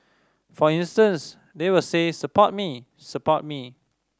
for instance they will say support me support me